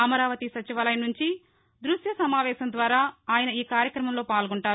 అమరావతి సచివాలయం నుంచి దృశ్య సమావేశం ద్వారా ఆయన ఈ కార్యక్రమంలో పాల్గొంటారు